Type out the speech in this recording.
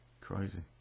Crazy